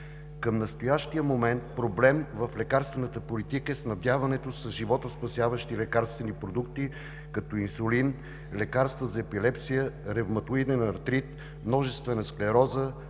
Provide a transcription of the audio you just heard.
Към настоящия момент проблем в лекарствената политика е снабдяването с животоспасяващи лекарствени продукти, като инсулин, лекарства за епилепсия, ревматоиден артрит, множествена склероза,